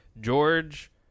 George